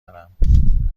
دارم